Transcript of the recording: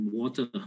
water